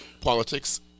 politics